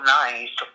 nice